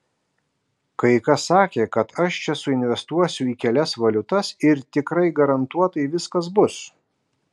kai kas sakė kad aš čia suinvestuosiu į kelias valiutas ir tikrai garantuotai viskas bus